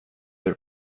hela